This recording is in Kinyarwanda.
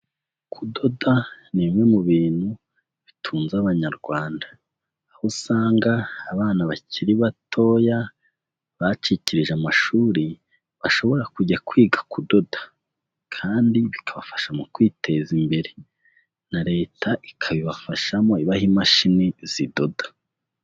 Kudoda ni bimwe mu bintu, bitunze Abanyarwanda. Aho usanga abana bakiri batoya, bacikirije amashuri bashobora kujya kwiga kudoda, kandi bikabafasha mu kwiteza imbere. Na leta ikabibafashamo ibaha imashini zidoda.